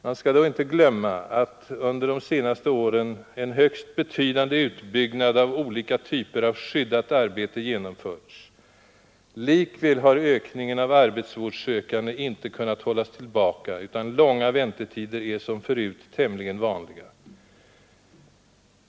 Man skall då inte glömma att under de senaste åren en högst betydande utbyggnad av olika typer av skyddat arbete genomförts. Likväl har ökningen av arbetsvårdssökande inte kunnat hållas tillbaka, utan långa väntetider är som förut tämligen vanliga.